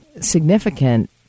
significant